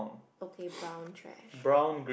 okay brown trash